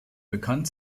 bekannt